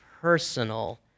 personal